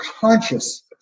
conscious